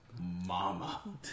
Mama